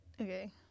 Okay